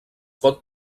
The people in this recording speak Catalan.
pot